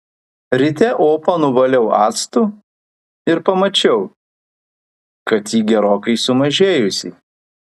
ryte opą nuvaliau actu ir pamačiau kad ji gerokai sumažėjusi